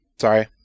Sorry